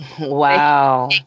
Wow